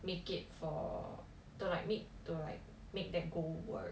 make it for to like make to like make the goal work